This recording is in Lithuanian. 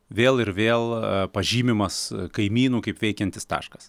vėl ir vėl pažymimas kaimynų kaip veikiantis taškas